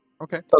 Okay